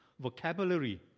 vocabulary